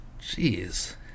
Jeez